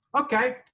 Okay